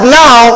now